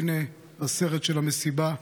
הינה הסרט של המסיבה,